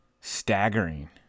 staggering